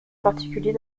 particulier